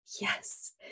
yes